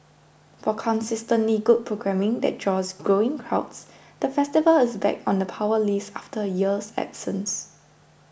for consistently good programming that draws growing crowds the festival is back on the Power List after a year's absence